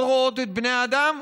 לא רואות את בני האדם,